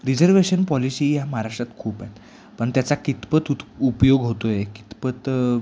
reservation policy या महाराष्ट्रात खूप आहेत पण त्याचा कितपत उत् उपयोग होतो आहे कितपत